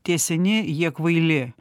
tie seni jie kvaili